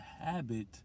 habit